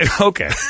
okay